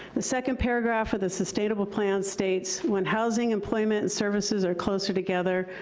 the second paragraph of the sustainable plan states when housing, employment, and services are closer together,